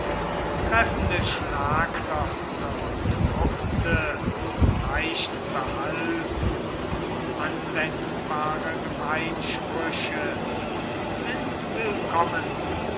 treffende schlagwörter und kurze leicht behalt und anwendbare gemeinsprüche sind willkommen